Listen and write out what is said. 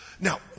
Now